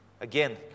Again